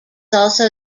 also